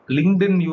LinkedIn